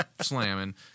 slamming